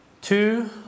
Two